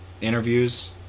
interviews